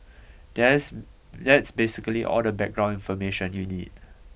there's that's basically all the background information you need